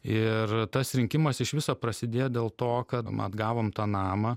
ir tas rinkimas iš viso prasidėjo dėl to kad mat gavom tą namą